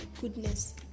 goodness